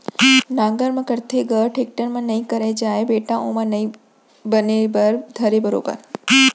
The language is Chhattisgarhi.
नांगर म करथे ग, टेक्टर म नइ करे जाय बेटा ओमा नइ बने बर धरय बरोबर